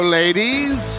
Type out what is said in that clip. ladies